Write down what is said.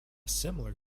similar